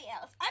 else